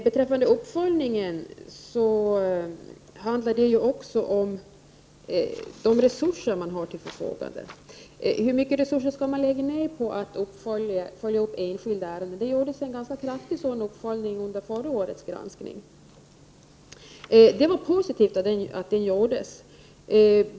Beträffande uppföljningen handlar det också om de resurser som man har till förfogande. Hur mycket resurser skall man lägga ned på att följa upp enskilda ärenden? Det gjordes en ganska omfattande sådan uppföljning i förra årets granskning. Det är positivt att den gjordes.